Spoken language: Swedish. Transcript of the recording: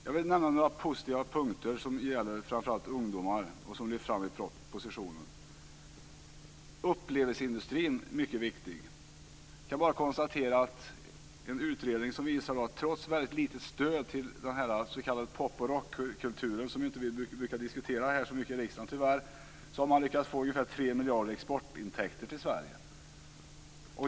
Jag vill nämna några positiva punkter som gäller ungdomar och som lyfts fram i propositionen. Upplevelseindustrin är mycket viktig. En utredning har visat att trots ett litet stöd till pop och rockkulturen - som vi tyvärr inte brukar diskutera så mycket här i kammaren - har den lyckats skapa ca 3 miljarder i exportintäkter till Sverige.